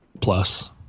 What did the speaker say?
plus